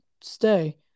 stay